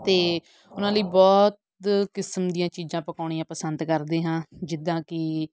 ਅਤੇ ਉਹਨਾਂ ਲਈ ਬਹੁਤ ਕਿਸਮ ਦੀਆਂ ਚੀਜ਼ਾਂ ਪਕਾਉਣੀਆਂ ਪਸੰਦ ਕਰਦੇ ਹਾਂ ਜਿੱਦਾਂ ਕਿ